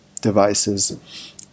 devices